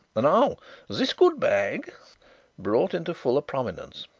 now this goot bag brought into fuller prominence,